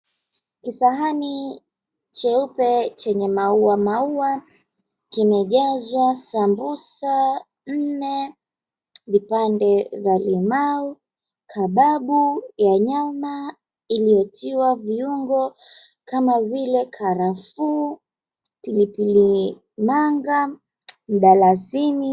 kisahani cheupe chenye maumau kimejazwa sambusa nne, vipande vya limau, kababu ya nyama iliyotiwa viungo kama vile karafuu, pilipili manga, mdalasini.